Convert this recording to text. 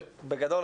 בגדול,